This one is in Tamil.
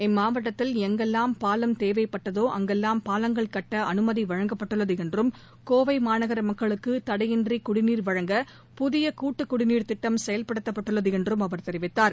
இம்மாவட்டத்தில் எங்கெல்லாம் பாலம் தேவைப்பட்டதோ அங்கெல்லாம் பாலங்கள் கட்ட அனுமதி வழங்கப்பட்டுள்ளது என்றும் கோவை மாநகர மக்களுக்கு தடையின்றி குடிநீர் வழங்க புதிய கூட்டுக்குடிநீர் திட்டம் செயல்படுத்தப்பட்டுள்ளது என்றும் அவர் தெரிவித்தார்